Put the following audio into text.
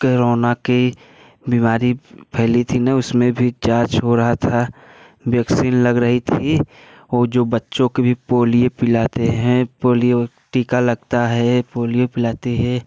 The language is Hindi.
करोना की बीमारी फैली थी ना उसमें भी जाँच हो रहा था वैक्सीन लग रही थी और जो बच्चों के भी पोलियो पिलाते हैं पोलियो टीका लगता है पोलियो पिलाते हैं